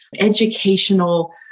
educational